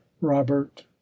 robert